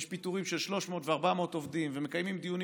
יש פיטורים של 300 ו-400 עובדים ומקיימים דיונים